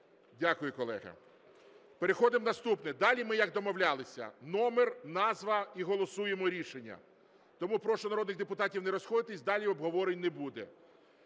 Дякую, колеги. Переходимо, наступне. Далі ми, як домовлялися, номер, назва і голосуємо рішення. Тому прошу народних депутатів не розходитися, далі обговорень не буде.